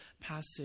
passage